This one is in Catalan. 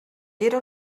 era